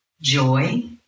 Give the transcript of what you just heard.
joy